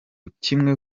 kimwe